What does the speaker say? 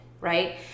right